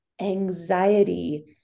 anxiety